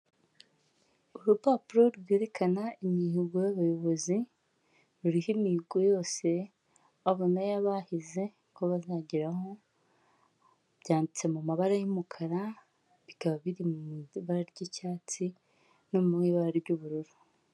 Urupapuro rwerekana imihigo y'abayobozi ruriho imihigo yose meya bahize ko bazageraho byanditse mu mabara y'umukara bikaba biri mu ibara ry'icyatsi no mu ibara ry'ubururu.